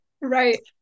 Right